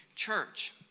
church